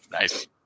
Nice